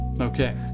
Okay